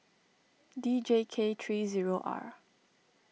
D J K three zero R